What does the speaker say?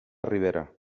ribera